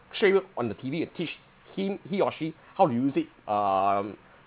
share on the T_V and teach him he or she how you use it um